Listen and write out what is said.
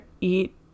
eat